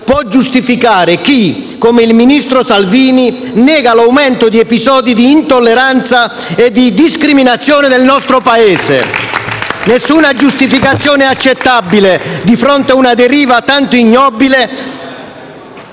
può giustificare chi, come il ministro Salvini, nega l'aumento degli episodi di intolleranza e di discriminazione nel nostro Paese. *(Applausi dal Gruppo PD)*. Nessuna giustificazione è accettabile di fronte a una deriva tanto ignobile